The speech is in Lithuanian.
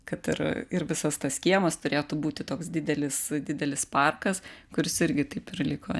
kad ir ir visas tas kiemas turėtų būti toks didelis didelis parkas kuris irgi taip ir liko